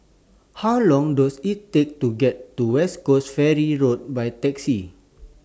How Long Does IT Take to get to West Coast Ferry Road By Taxi